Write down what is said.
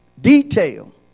detail